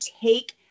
take